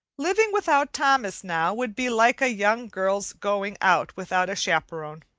living without thomas now would be like a young girl's going out without a chaperone.